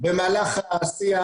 מה הבעיה?